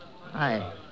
Hi